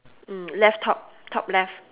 mm left top top left